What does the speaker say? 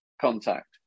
contact